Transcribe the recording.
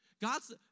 God's